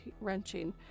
wrenching